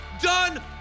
done